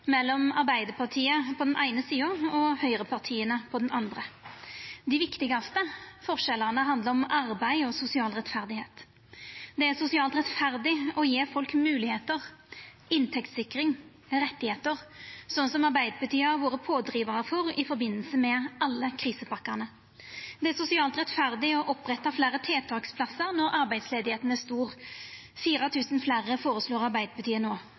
mellom Arbeidarpartiet på den eine sida og høgrepartia på den andre. Dei viktigaste forskjellane handlar om arbeid og sosial rettferd. Det er sosialt rettferdig å gje folk moglegheiter, inntektssikring og rettar, sånn som Arbeidarpartiet har vore pådrivar for i forbindelse med alle krisepakkane. Det er sosialt rettferdig å oppretta fleire tiltaksplassar når arbeidsløysa er stor. 4 000 fleire føreslår Arbeidarpartiet